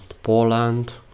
poland